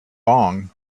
long